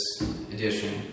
edition